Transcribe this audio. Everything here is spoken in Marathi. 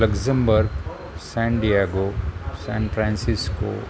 Luxembourg San Diego San Francisco